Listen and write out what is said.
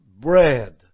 Bread